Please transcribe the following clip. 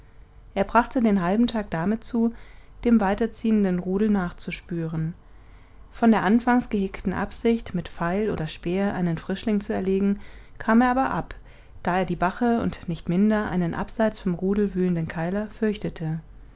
er brachte den halben tag damit zu dem weiterziehenden rudel nachzuspüren von der anfangs gehegten absicht mit pfeil oder speer einen frischling zu erlegen kam er ab da er die bache und nicht minder einen abseits vom rudel wühlenden keiler fürchtete